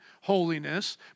holiness